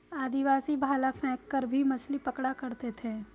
आदिवासी भाला फैंक कर भी मछली पकड़ा करते थे